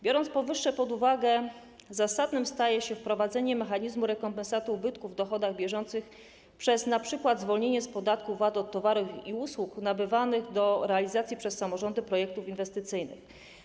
Biorąc powyższe pod uwagę, zasadne staje się wprowadzenie mechanizmu rekompensaty ubytku w dochodach bieżących przez np. zwolnienie z podatku VAT od towarów i usług nabywanych do realizacji przez samorządy projektów inwestycyjnych.